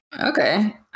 okay